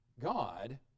God